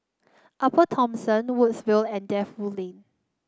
Upper Thomson Woodsville and Defu Lane